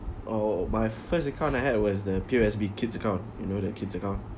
oh my first account I had was the P_O_S_B kids account you know that kids account